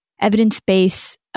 evidence-based